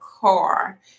car